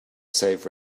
save